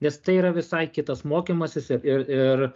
nes tai yra visai kitas mokymasis ir ir